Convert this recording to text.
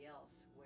else